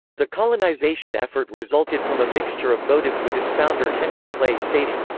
the colonization effort resulted from a mixture of motives with its founder henry clay stating,